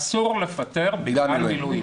אסור לפטר בגלל מילואים.